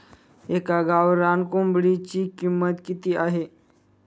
एका गावरान कोंबडीची किंमत किती असते?